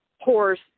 horse